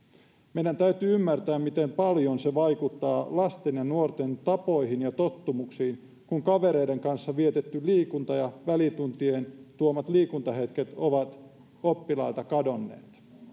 meidän täytyy ymmärtää miten paljon se vaikuttaa lasten ja nuorten tapoihin ja tottumuksiin kun kavereiden kanssa vietetyt liikuntahetket ja välituntien tuomat liikuntahetket ovat oppilailta kadonneet